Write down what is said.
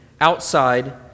outside